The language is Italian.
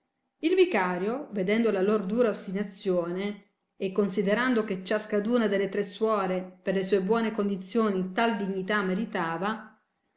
il vicario vedendo la lor dura ostinazione e considerando che ciascaduna delle tre suore per le sue buone condizioni tal dignità meritava